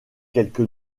quelque